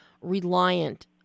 reliant